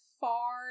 far